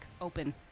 open